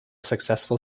successful